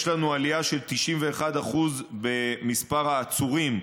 יש לנו עלייה של 91% במספר העצורים,